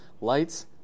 lights